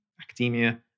academia